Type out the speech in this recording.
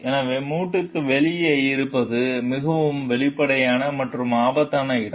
எனவே மூட்டுக்கு வெளியே இருப்பது மிகவும் வெளிப்படையான மற்றும் ஆபத்தான இடம்